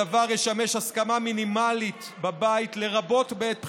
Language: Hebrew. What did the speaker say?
הדבר ישמש הסכמה מינימלית בבית, לרבות בעת בחירות.